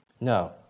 No